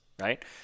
right